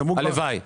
הלוואי.